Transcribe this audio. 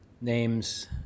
names